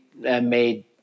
made